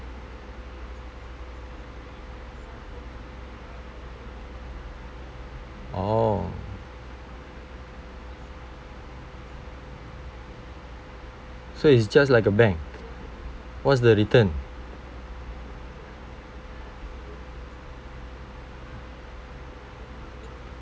orh so it's just like a bank what's the return